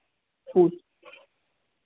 फूल